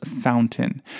Fountain